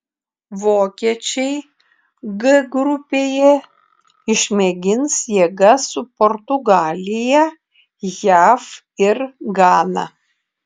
vokiečiai g grupėje išmėgins jėgas su portugalija jav ir gana